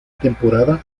temporada